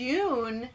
June